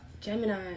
Gemini